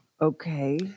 okay